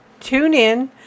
TuneIn